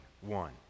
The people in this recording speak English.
one